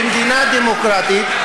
במדינה דמוקרטית,